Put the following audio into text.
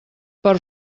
per